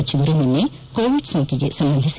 ಸಜಿವರು ನಿನ್ನೆ ಕೋವಿಡ್ ಸೋಂಕಿಗೆ ಸಂಬಂಧಿಸಿ